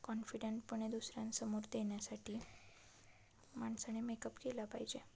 कॉन्फिडंटपणे दुसऱ्यांसमोर देण्यासाठी माणसाने मेकअप केला पाहिजे